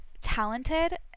talented